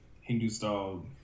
Hindu-style